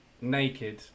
Naked